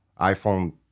iPhone